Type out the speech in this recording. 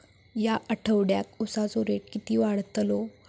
या आठवड्याक उसाचो रेट किती वाढतलो?